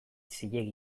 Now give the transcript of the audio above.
zilegi